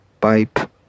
pipe